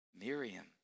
Miriam